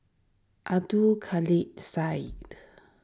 Abdul Kadir Syed